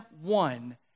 one